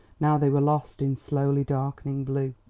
now they were lost in slowly darkening blue.